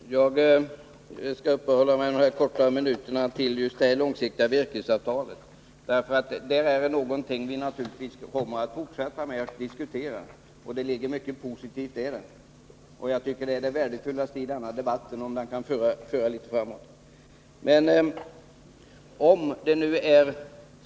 Fru talman! Jag skall under de få minuter som jag har till mitt förfogande uppehålla mig vid det långsiktiga virkesavtalet. Det är en sak som vi helt säkert kommer att fortsätta att diskutera. Det finns mycket positivt i ett sådant avtal. Det mest värdefulla med den här debatten vore ju om vi kunde komma litet framåt på den punkten.